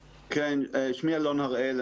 שמי אלון הראל,